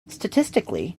statistically